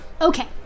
Okay